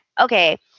okay